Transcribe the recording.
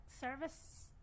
service